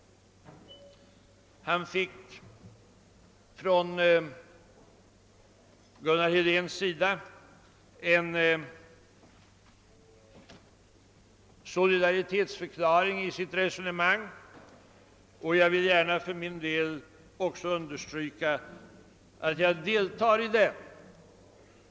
Han fick av Gunnar Helén en solidaritetsförklaring för sitt resonemang, och jag vill för min del också gärna understryka att jag instämmer i denna.